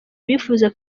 bifuza